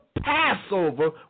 Passover